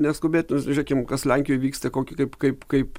neskubėt žiūrėkim kas lenkijoj vyksta kokį kaip kaip kaip